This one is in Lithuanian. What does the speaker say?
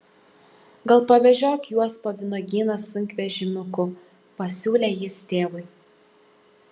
gal pavežiok juos po vynuogyną sunkvežimiuku pasiūlė jis tėvui